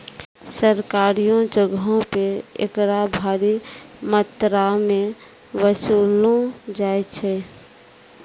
सरकारियो जगहो पे एकरा भारी मात्रामे वसूललो जाय छै